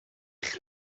eich